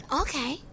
Okay